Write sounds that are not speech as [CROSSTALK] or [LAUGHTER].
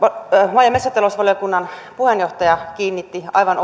maa ja metsätalousvaliokunnan puheenjohtaja kiinnitti aivan [UNINTELLIGIBLE]